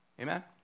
Amen